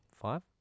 five